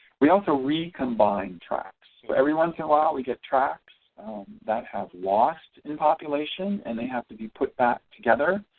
we also recombine tracts. every once in a while we get tracts that have lost in population and they have to be put back together.